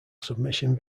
submission